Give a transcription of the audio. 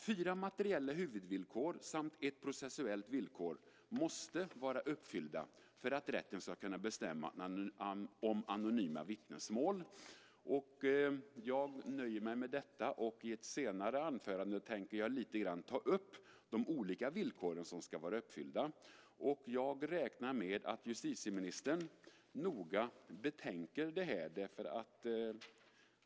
Fyra materiella huvudvillkor samt ett processuellt villkor måste vara uppfyllda för att rätten ska kunna bestämma om anonyma vittnesmål. Jag nöjer mig med detta. I ett senare anförande tänker jag lite grann ta upp de olika villkor som ska vara uppfyllda. Jag räknar med att justitieministern noga betänker detta.